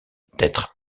d’être